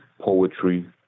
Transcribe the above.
poetry